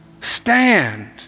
Stand